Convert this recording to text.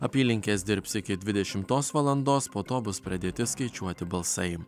apylinkės dirbs iki dvidešimtos valandos po to bus pradėti skaičiuoti balsai